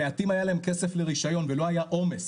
מעטים היה להם כסף לרישיון ולא היה עומס,